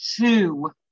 two